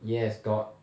yes got